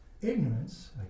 ignorance